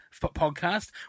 podcast